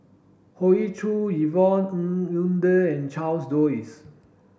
Hoey Choo Yvonne Ng Uhde and Charles Dyce